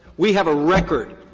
we have a record.